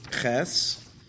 Ches